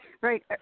right